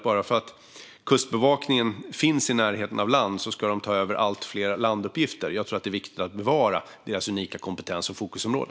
Bara för att Kustbevakningen finns i närheten av land ska vi inte låta dem ta över allt fler landuppgifter. Jag tror att det är viktigt att bevara deras unika kompetens och fokusområde.